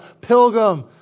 pilgrim